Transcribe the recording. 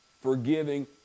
forgiving